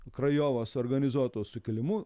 krajovos organizuotu sukilimu